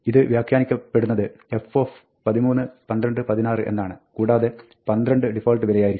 ഇത് വ്യാഖ്യാനിക്കപ്പെടുന്നത് f131216 എന്നാണ് കൂടാതെ 22 ഡിഫാൾട്ട് വിലയായിരിക്കും